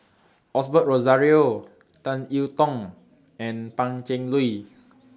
Osbert Rozario Tan I Tong and Pan Cheng Lui